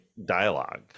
dialogue